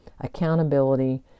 accountability